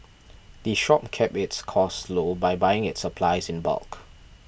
the shop keeps its costs low by buying its supplies in bulk